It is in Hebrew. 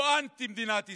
הוא אנטי מדינת ישראל.